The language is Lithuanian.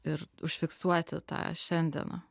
ir užfiksuoti tą šiandiena